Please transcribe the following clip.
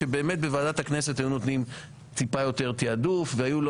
שבאמת בוועדת הכנסת היו נותנים טיפה יותר תעדוף והיו לא